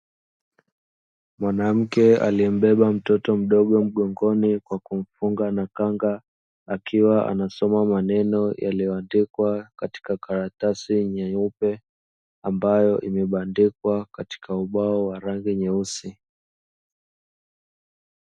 Mwanamke aliyembeba mtoto mdogo mgongoni kwa kumfunga na kanga, akiwa anasoma maneno, yaliyoandikwa katika karatasi nyeupe ambayo imebadikwa katika ubao wa rangi nyeusi.